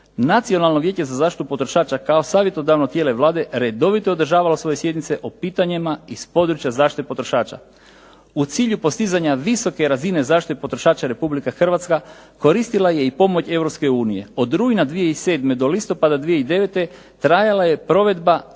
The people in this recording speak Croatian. Nacionalno vijeće za zaštitu potrošača kao savjetodavno tijelo Vlade redovito je održavalo svoje sjednice o pitanjima iz područja zaštite potrošača. U cilju postizanja visoke razine zaštite potrošača Republika Hrvatska koristila je i pomoć Europske unije. Od rujna 2007. do listopada 2009. trajala je provedba